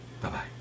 Bye-bye